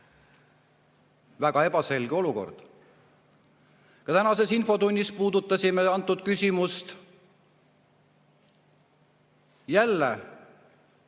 Väga ebaselge olukord. Ka tänases infotunnis puudutasime seda küsimust. Jälle